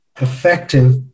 effective